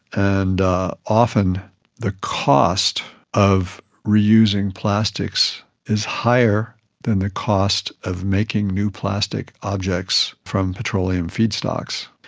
and often the cost of reusing plastics is higher than the cost of making new plastic objects from petroleum feedstocks.